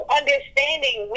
understanding